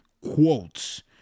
quotes